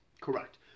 Correct